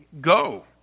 go